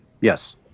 yes